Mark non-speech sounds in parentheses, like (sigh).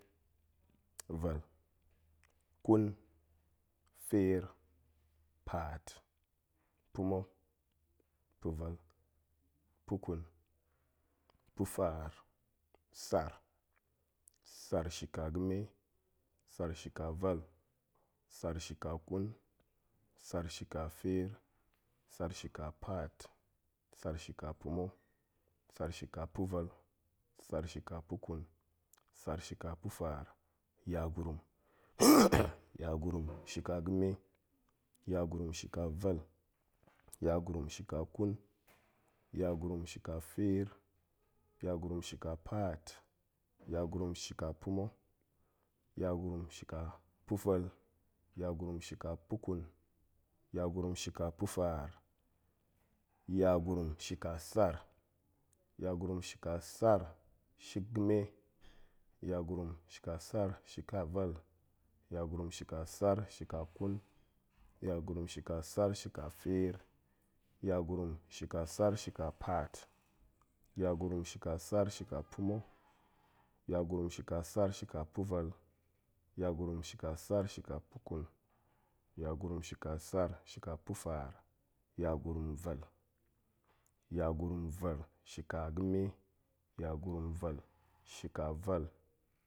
Vel, ƙun, feer, paat, puma̱, paꞌvel, pa̱kun, pa̱faar, sar, sarshika ga̱me, sar shika vel, sar shika ƙun, sar shika feer, sar shika paat, sar shika pa̱ma̱, sar shika pa̱vel, sar shika pa̱ƙun, sar shika pa̱faar, yagurum, (noise) yagurm shika ga̱me, yagurum shika vel, yagurum shika ƙun, yagurum shika feer, yagurum shika paat, yagurum shika pa̱ma̱, yagurum shika pa̱vel, yagurum shika pukun, yagurum shika pa̱faar, yagurum shika sar, yagurum shika sar shik ga̱me, yagurum shika sar shika vel, yagurum shika sar shika ƙun, yagurum shika sar shika feer, yagurm shika sar shika paat, yagurum shika sar shika pa̱ma̱, yagurum shika sar shika pa̱vel, yagurum shika sar shika pa̱ƙun, yagurum shika sar shika pa̱faar, yagurum vel, yagurum vel shika ga̱me, yagurum vel shika vel